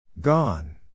Gone